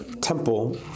temple